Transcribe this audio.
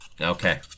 Okay